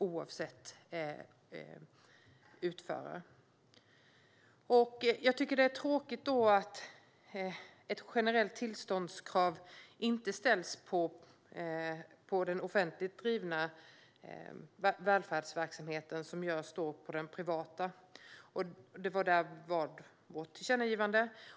Jag tycker att det är tråkigt att ett generellt tillståndskrav inte ställs på den offentligt drivna välfärdsverksamheten på samma sätt som det ställs på den privata verksamheten. Det innebar vårt tillkännagivande.